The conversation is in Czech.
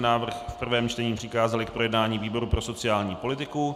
Návrh jsme v prvém čtení přikázali k projednání výboru pro sociální politiku.